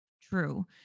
true